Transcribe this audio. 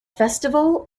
festival